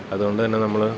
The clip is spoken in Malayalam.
അതുകൊണ്ട് തന്നെ നമ്മള്